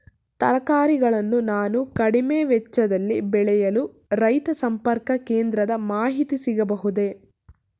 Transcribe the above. ತರಕಾರಿಗಳನ್ನು ನಾನು ಕಡಿಮೆ ವೆಚ್ಚದಲ್ಲಿ ಬೆಳೆಯಲು ರೈತ ಸಂಪರ್ಕ ಕೇಂದ್ರದ ಮಾಹಿತಿ ಸಿಗಬಹುದೇ?